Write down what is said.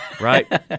Right